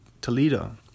Toledo